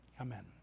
Amen